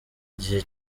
gihe